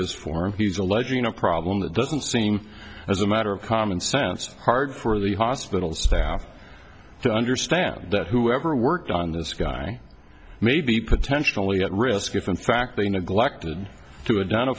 this form he's alleging a problem that doesn't seem as a matter of common sense hard for the hospital staff to understand that whoever worked on this guy may be potentially at risk if in fact they neglected to a don